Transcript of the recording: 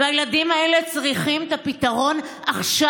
הילדים האלה צריכים את הפתרון עכשיו.